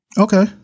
Okay